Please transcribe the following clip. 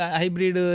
hybrid